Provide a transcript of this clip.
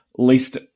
Least